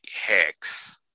Hex